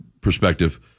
perspective